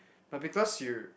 but because you